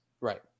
Right